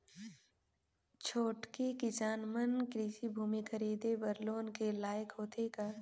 छोटके किसान मन कृषि भूमि खरीदे बर लोन के लायक होथे का?